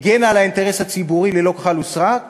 הגנה על האינטרס הציבורי ללא כחל ושרק,